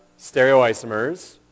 stereoisomers